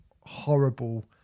horrible